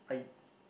I